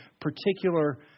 particular